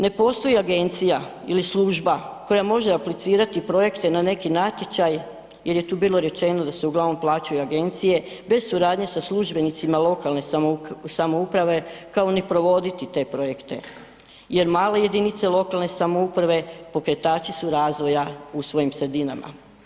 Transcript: Ne postoji agencija ili služba koja može aplicirati projekte na neki natječaj jer je tu bilo rečeno da se uglavnom plaćaju agencije bez suradnje sa službenicima lokalne samouprave kao ni provoditi te projekte, jer male jedinice lokalne samouprave pokretači su razvoja u svojim sredinama.